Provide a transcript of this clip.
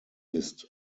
ist